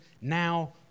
now